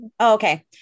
Okay